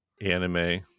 anime